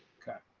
okay,